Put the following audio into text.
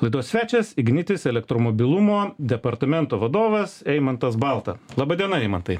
laidos svečias ignitis elektromobilumo departamento vadovas eimantas balta laba diena eimantai